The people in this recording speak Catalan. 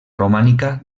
romànica